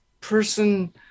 person